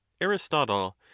aristotle